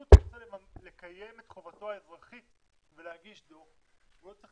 הוא צריך לקיים את חובתו האזרחית ולהגיש דוח והוא לא צריך